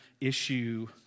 issue